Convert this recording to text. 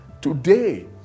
today